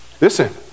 Listen